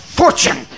fortune